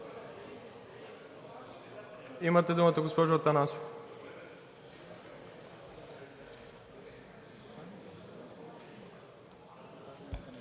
Имате думата, госпожо Атанасова.